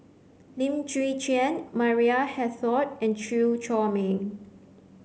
Lim Chwee Chian Maria Hertogh and Chew Chor Meng